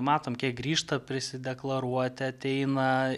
matom kiek grįžta prisideklaruoti ateina